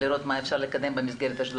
ולראות מה אפשר לקדם במסגרת השדולה.